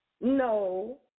No